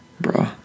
Bro